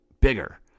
bigger